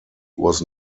was